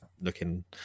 looking